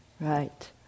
right